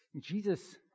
Jesus